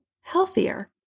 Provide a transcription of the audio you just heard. healthier